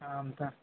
అంతే